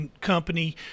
company